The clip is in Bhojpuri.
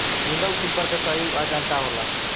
सिंगल सूपर के सही पहचान का होला?